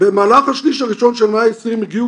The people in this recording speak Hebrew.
'במהלך השליש הראשון של המאה ה-20 הגיעו